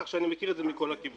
כך שאני מכיר את זה מכל הכיוונים.